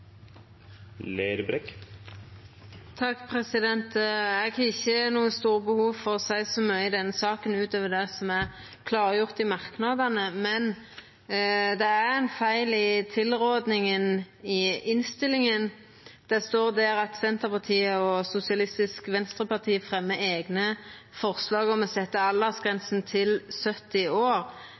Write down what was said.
Eg har ikkje noko stort behov for å seia så mykje i denne saka utover det som er klargjort i merknadene, men det er ein feil i tilrådinga i innstillinga der det står at Senterpartiet og SV fremjar eigne forslag om å setja aldersgrensa til 70 år,